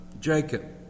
Jacob